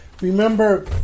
Remember